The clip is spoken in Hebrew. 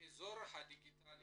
האזור הדיגיטלי